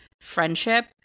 friendship